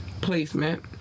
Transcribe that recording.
placement